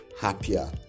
happier